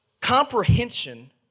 comprehension